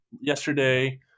yesterday